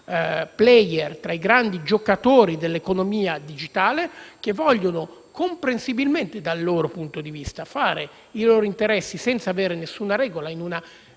i grandi giocatori dell'economia digitale che vogliono, comprensibilmente dal loro punto di vista, fare i loro interessi senza avere nessuna regola, in una